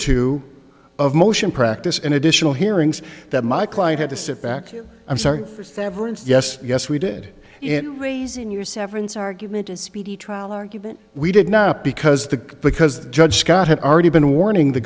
two of motion practice in additional hearings that my client had to sit back i'm sorry for severance yes yes we did in raising your severance argument a speedy trial argument we did not because the because the judge scott had already been warning the